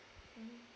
mm